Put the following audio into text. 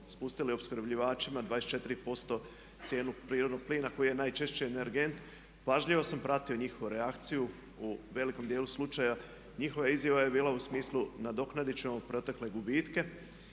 spustili opskrbljivačima 24% cijenu prirodnog plina koji je najčešće energent. Pažljivo sam pratio njihovu reakciju. U velikom dijelu slučaja njihova izjava je bila u smislu nadoknadit ćemo protekle gubitke